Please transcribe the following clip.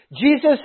Jesus